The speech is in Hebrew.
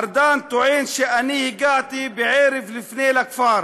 ארדן טוען שאני הגעתי ערב לפני לכפר